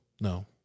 No